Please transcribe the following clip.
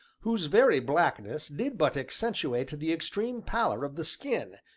whose very blackness did but accentuate the extreme pallor of the skin,